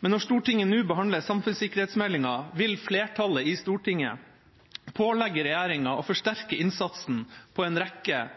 men når Stortinget nå behandler samfunnssikkerhetsmeldinga, vil flertallet i Stortinget pålegge regjeringa å forsterke innsatsen på en rekke